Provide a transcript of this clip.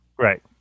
Right